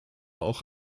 auch